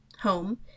home